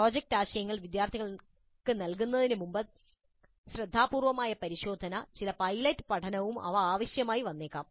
project ആശയങ്ങൾ വിദ്യാർത്ഥികൾക്ക് നൽകുന്നതിനുമുമ്പ് ശ്രദ്ധാപൂർവ്വമായ പരിശോധന ചില പൈലറ്റ് പഠനവും അവ ആവശ്യമായി വന്നേക്കാം